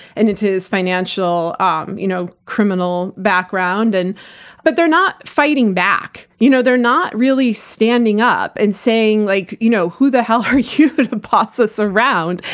and into his financial um you know criminal background. and but they're not fighting back. you know they're not really standing up and saying, like, you know who the hell are you to boss us around?